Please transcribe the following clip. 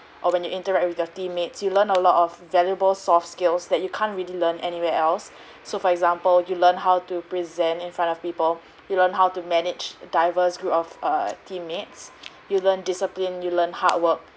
or when you interact with your teammates you learn a lot of valuable soft skills that you can't really learn anywhere else so for example you learn how to present in front of people you learn how to manage diverse group of err teammates you learn discipline you learn hard work